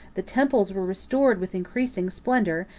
the temples were restored with increasing splendor,